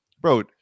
bro